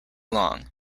long